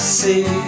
see